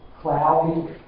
cloudy